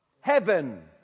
heaven